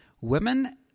Women